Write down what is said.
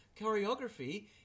choreography